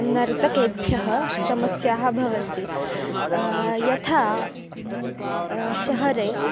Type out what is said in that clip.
नर्तकेभ्यः समस्याः भवन्ति यथा शरीरे